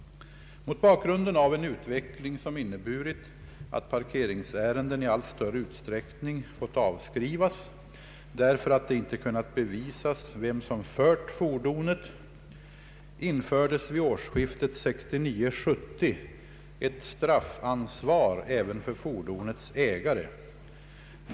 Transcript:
Mot bakgrunden av en utveckling som inneburit att parkeringsärenden i allt större utsträckning fått avskrivas därför att det inte kunnat bevisas vem som fört fordonet infördes vid årsskiftet 1969—1970 ett straffansvar även för fordonets ägare.